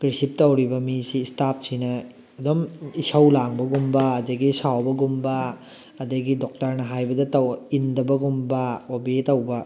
receipt ꯇꯧꯔꯤꯕ ꯃꯤꯁꯤ ꯏꯁꯇꯥꯞꯁꯤꯅ ꯑꯗꯨꯝ ꯏꯁꯧ ꯂꯥꯡꯕꯒꯨꯝꯕ ꯑꯗꯒꯤ ꯁꯥꯎꯕꯒꯨꯝꯕ ꯑꯗꯒꯤ ꯗꯣꯛꯇꯔꯅ ꯍꯥꯏꯕꯗ ꯇꯧ ꯏꯟꯗꯕꯒꯨꯝꯕ ꯑꯣꯕꯦ ꯇꯧꯕ